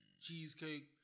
cheesecake